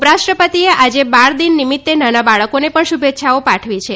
ઉપરાષ્ટ્રપતિએ આજે બાલ દિન નિમિત્તે નાના બાળકોને પણ શુભેચ્છાઓ પાઠવી છે